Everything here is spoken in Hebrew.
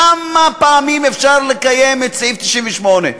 כמה פעמים אפשר לקיים את סעיף 98?